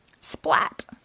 Splat